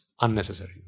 Unnecessary